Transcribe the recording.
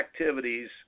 activities